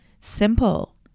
Simple